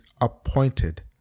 appointed